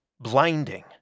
blinding